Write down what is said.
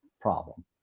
problem